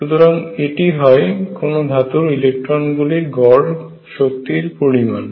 সুতরাং এটি হয় কোন ধাতুর ইলেকট্রনগুলির গড় শক্তির পরিমাণ